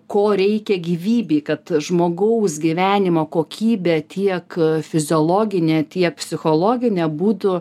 ko reikia gyvybei kad žmogaus gyvenimo kokybė tiek fiziologinė tiek psichologinė būtų